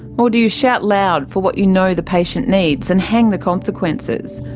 or do you shout loud for what you know the patient needs, and hang the consequences?